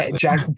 Jack